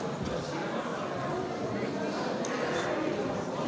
Hvala.